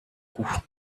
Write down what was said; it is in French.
cou